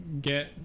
get